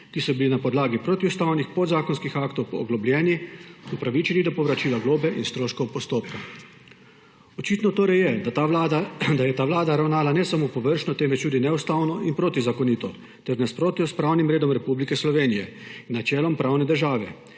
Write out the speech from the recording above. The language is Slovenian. ki so bili na podlagi protiustavnih podzakonskih aktov oglobljeni, upravičeni do povračila globe in stroškov postopka. Očitno torej je, da je ta vlada ravnala ne samo površno, temveč tudi neustavno in protizakonito ter v nasprotju s pravnim redom Republike Slovenije in načelom pravne države,